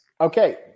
Okay